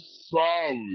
solid